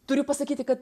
turiu pasakyti kad